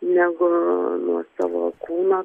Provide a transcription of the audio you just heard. negu nuo savo kūno